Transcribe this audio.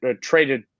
traded